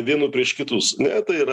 vienų prieš kitus ne tai yra